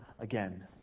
again